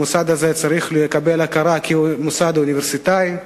המוסד הזה צריך לקבל הכרה כמוסד אוניברסיטאי,